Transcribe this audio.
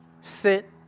sit